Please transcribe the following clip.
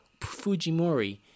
Fujimori